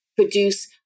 produce